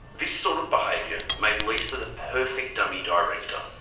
this sort of behaviour made lisa the perfect dummy director.